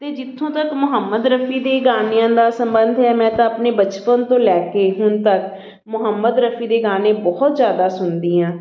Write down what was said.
ਅਤੇ ਜਿੱਥੋਂ ਤੱਕ ਮੁਹੰਮਦ ਰਫੀ ਦੀ ਗਾਣਿਆਂ ਦਾ ਸੰਬੰਧ ਹੈ ਮੈਂ ਤਾਂ ਆਪਣੇ ਬਚਪਨ ਤੋਂ ਲੈ ਕੇ ਹੁਣ ਤੱਕ ਮੁਹੰਮਦ ਰਫੀ ਦੇ ਗਾਣੇ ਬਹੁਤ ਜ਼ਿਆਦਾ ਸੁਣਦੀ ਹਾਂ